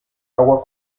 agua